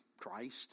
Christ